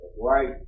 Right